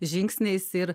žingsniais ir